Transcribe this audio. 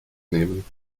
nehmen